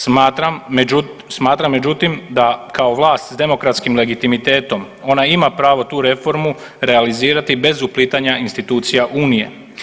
Smatram međutim da kao vlast s demokratskim legitimitetom ona ima pravo tu reformu realizirati bez uplitanja institucija unije.